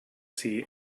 see